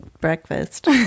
breakfast